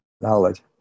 knowledge